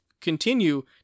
continue